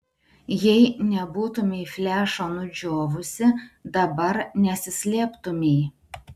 jei nebūtumei flešo nudžiovusi dabar nesislėptumei